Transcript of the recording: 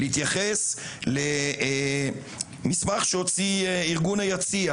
להתייחס למסמך שהוציא ארגון היציע,